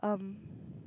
um